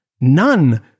None